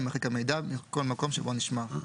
יימחק המידע מכל מקום שבו נשמר.